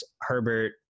Herbert